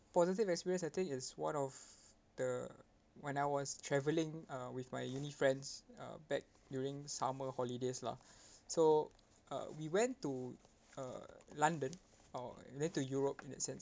positive experience I think is one of the when I was travelling uh with my uni friends uh back during summer holidays lah so uh we went to uh london or we went to europe in that sense